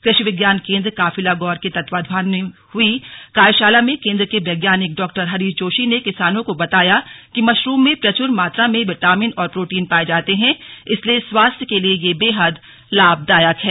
कृषि विज्ञान केंद्र काफलीगौर के तत्वावधान में हुई कार्यशाला में केंद्र के वैज्ञानिक डॉ हरीश जोशी ने किसानों को बताया कि मशरूम में प्रच्र मात्रा में विटामिन और प्रोटीन पाए जाते हैं इसलिए स्वास्थ्य के लिए ये बेहद लाभदायक है